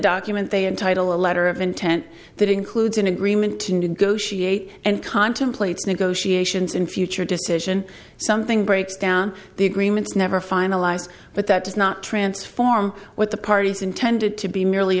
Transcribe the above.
document they entitle a letter of intent that includes an agreement to negotiate and contemplates negotiations in future decision something breaks down the agreements never finalized but that does not transform what the parties intended to be merely